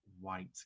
white